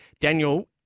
Daniel